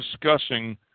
discussing